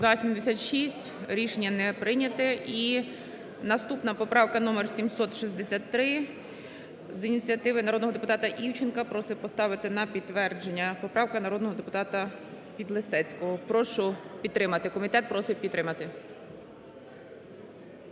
За-76 Рішення не прийняте. І наступна поправка номер 763. З ініціативи народного депутата Івченка просить поставити на підтвердження. Поправка народного депутата Підлісецького. Прошу підтримати. Комітет просить підтримати.